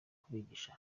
kubigisha